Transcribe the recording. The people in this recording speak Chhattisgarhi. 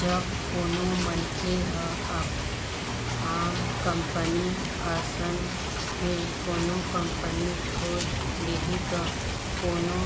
जब कोनो मनखे ह आम कंपनी असन ही कोनो कंपनी खोल लिही त कोनो